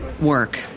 work